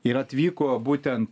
ir atvyko būtent